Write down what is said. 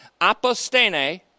apostene